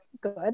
good